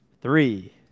three